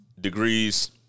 degrees